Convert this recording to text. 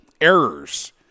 errors